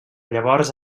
llavors